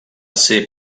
ser